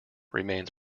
remains